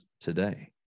today